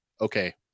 Okay